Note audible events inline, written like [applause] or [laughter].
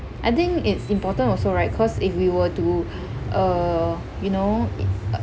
I think it's important also right cause if we were to uh you know [noise]